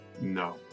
No